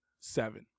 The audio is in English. seven